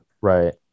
right